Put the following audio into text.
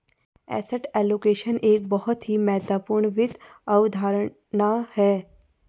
asset allocation एक बहुत ही महत्वपूर्ण वित्त अवधारणा है